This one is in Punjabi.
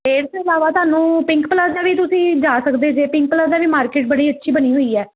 ਇਸ ਤੋਂ ਇਲਾਵਾ ਤੁਹਾਨੂੰ ਪਿੰਕ ਪਲਾਜ਼ਾ ਵੀ ਤੁਸੀਂ ਜਾ ਸਕਦੇ ਜੇ ਪਿੰਕ ਪਲਾਜ਼ਾ ਦੀ ਮਾਰਕੀਟ ਬੜੀ ਅੱਛੀ ਬਣੀ ਹੋਈ ਹੈ